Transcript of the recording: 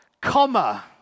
comma